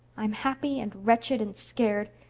i'm happy and wretched and scared.